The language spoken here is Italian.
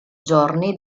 giorni